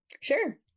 sure